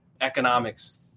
economics